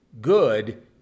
good